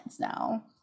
now